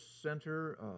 Center